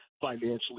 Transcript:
financially